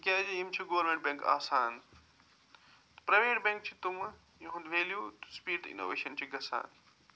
تِکیٛازِ یِم چھِ گورمِنٛٹ بینٛک آسان پرٛایویٹ بینٛک چھِ تِمہٕ یِہُنٛد ویلو سُپیٖڈ اِنوویٚشن چھِ گَژھان